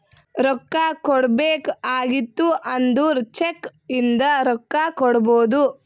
ರೊಕ್ಕಾ ಕೊಡ್ಬೇಕ ಆಗಿತ್ತು ಅಂದುರ್ ಚೆಕ್ ಇಂದ ರೊಕ್ಕಾ ಕೊಡ್ಬೋದು